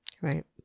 Right